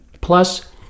plus